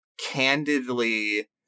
candidly